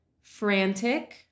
Frantic